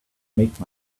make